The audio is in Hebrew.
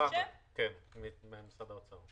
ממשרד האוצר?